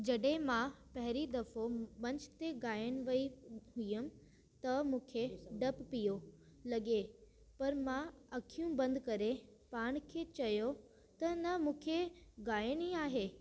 जॾहिं मां पहिरीं दफ़ो मंच ते ॻाइणु वेई हुअसि त मूंखे डपु पियो लॻे पर मां अखियूं बंदि करे पाण खे चयो त न मूंखे ॻाइणी आहे